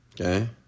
Okay